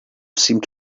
seemed